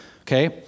Okay